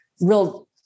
real